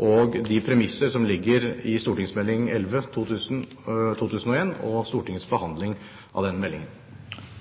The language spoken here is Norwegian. og de premisser som ligger i St.meld. nr. 11 for 2000–2001, og i Stortingets behandling av den meldingen.